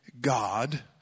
God